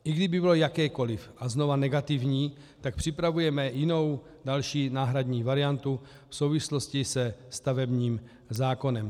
I kdyby bylo jakékoli a znovu negativní, připravujeme jinou, další, náhradní variantu v souvislosti se stavebním zákonem.